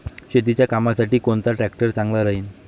शेतीच्या कामासाठी कोनचा ट्रॅक्टर चांगला राहीन?